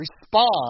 respond